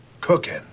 cooking